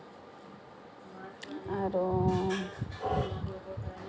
আৰু